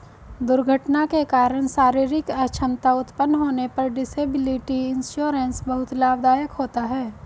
दुर्घटना के कारण शारीरिक अक्षमता उत्पन्न होने पर डिसेबिलिटी इंश्योरेंस बहुत लाभदायक होता है